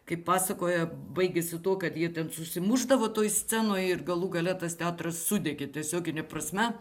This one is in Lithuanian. kaip pasakoja baigėsi tuo kad jie ten susimušdavo toj scenoj ir galų gale tas teatras sudegė tiesiogine prasme